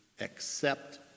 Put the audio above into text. accept